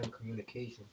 communication